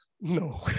no